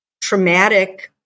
traumatic